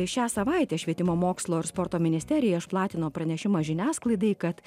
šią savaitę švietimo mokslo ir sporto ministerija išplatino pranešimą žiniasklaidai kad